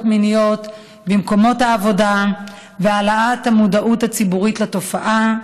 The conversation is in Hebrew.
מיניות במקומות העבודה ובהעלאת המודעות הציבורית לתופעה.